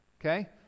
okay